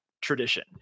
tradition